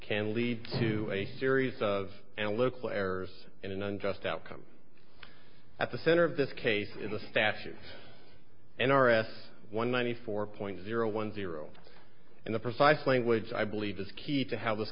can lead to a series of analytical errors in an unjust outcome at the center of this case in the statute and r s one ninety four point zero one zero and the precise language i believe is key to how this